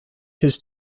his